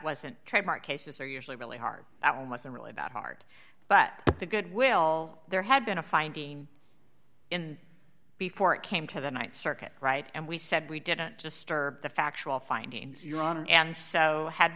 wasn't trademark cases are usually really hard that wasn't really about heart but the good will there had been a finding in before it came to the th circuit right and we said we didn't disturb the factual findings your honor and so had